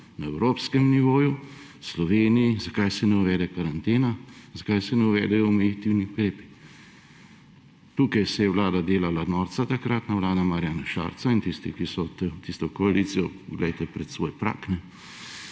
na evropskem nivoju, v Sloveniji. Zakaj se ne uvede karantena, zakaj se ne uvedejo omejitveni ukrepi? Tukaj se je Vlada delala norca – takratna vlada Marjana Šarca in tisti, ki so v tisto koalicijo …–, poglejte pred svoj prag.